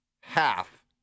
half